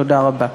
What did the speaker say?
תודה רבה.